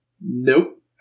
Nope